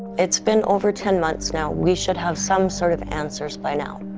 it's been over ten months now, we should have some sort of answers by now.